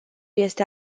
este